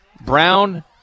Brown